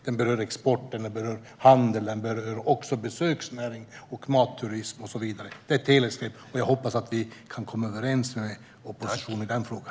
Den berör export, handel och även besöksnäringen, matturism och så vidare. Det är ett helhetsgrepp, och jag hoppas att vi kan komma överens med oppositionen i den frågan.